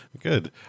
Good